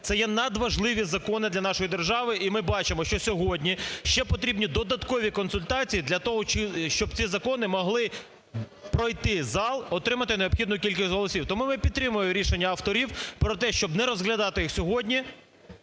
це є надважливі закони для нашої держави. І ми бачимо, що сьогодні ще потрібні додаткові консультації для того, щоб ці закони могли пройти зал, отримати необхідну кількість голосів. Тому ми підтримуємо рішення авторів про те, щоб не розглядати їх сьогодні,